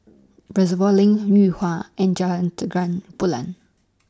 Reservoir LINK Yuhua and Jalan Terang Bulan